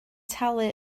talu